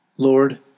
Lord